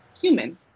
human